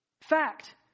Fact